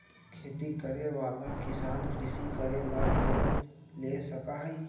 खेती करे वाला किसान कृषि करे ला लोन ले सका हई